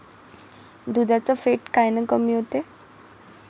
दुधाचं फॅट कायनं कमी होते?